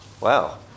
Wow